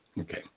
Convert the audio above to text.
Okay